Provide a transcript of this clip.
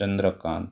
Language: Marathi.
चंद्रकांत